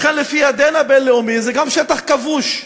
לכן, לפי הדין הבין-לאומי, זה גם שטח כבוש.